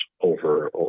over